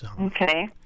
Okay